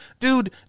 Dude